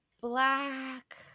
Black